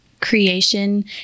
creation